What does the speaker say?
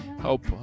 help